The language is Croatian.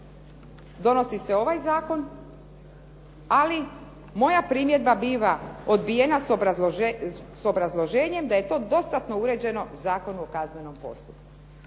donosi se ovaj zakon ali moja primjedba biva odbijena s obrazloženjem da je to dostatno uređeno u Zakonu o kaznenom postupku.